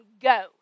go